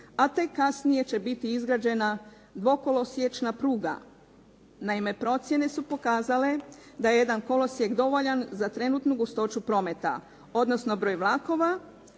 a tek kasnije će biti izgrađena dvokolosiječna pruga. Naime, procjene su pokazale da je jedan kolosijek dovoljan za trenutnu gustoću prometa, odnosno broj vlakova,